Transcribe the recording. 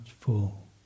full